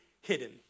hidden